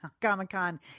Comic-Con